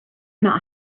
not